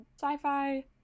Sci-Fi